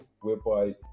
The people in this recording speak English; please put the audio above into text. whereby